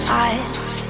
eyes